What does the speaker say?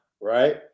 right